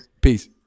Peace